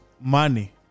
money